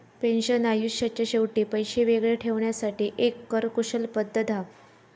pension आयुष्याच्या शेवटी पैशे वेगळे ठेवण्यासाठी एक कर कुशल पद्धत हा